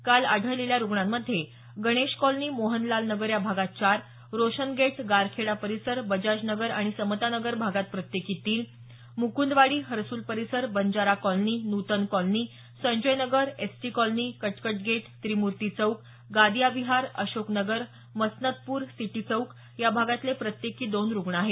काल आढळलेल्या रुग्णांमध्ये गणेश कॉलनी मोहनलाल नगर या भागात चार रोशन गेट गारखेडा परिसर बजाज नगर आणि समता नगर भागात प्रत्येकी तीन मुकुंदवाडी हर्सुल परिसर Banjara colony Nutan colony Sanjay Nagar ST colony Katkat gate Trimurti chowk Gadia Vihar Ashok Nagar Masnatpur city chowk या भागातले प्रत्येकी दोन रुग्ण आहेत